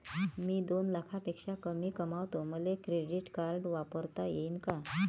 मी दोन लाखापेक्षा कमी कमावतो, मले क्रेडिट कार्ड वापरता येईन का?